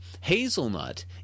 Hazelnut